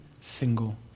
single